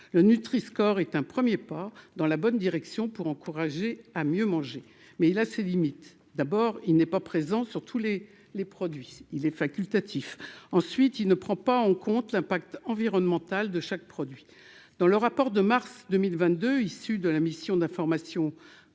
le Nutri score est un 1er pas dans la bonne direction pour encourager à mieux manger, mais il a ses limites, d'abord, il n'est pas présent sur tous les les produits il est facultatif, ensuite il ne prend pas en compte l'impact environnemental de chaque produit dans le rapport de mars 2022, issu de la mission d'information, protéger